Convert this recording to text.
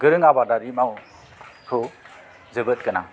गोरों आबादारि मावनायखौ जोबोद गोनां